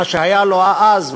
מה שהיה לו אז,